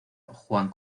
juan